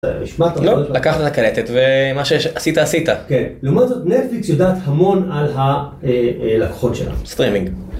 לקחת את הקלטת ומה שעשית עשית, לעומת זאת נטפליקס יודעת המון על הלקוחות שלה.סטרימינג.